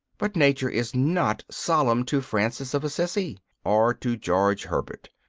but nature is not solemn to francis of assisi or to george herbert.